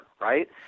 right